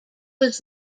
was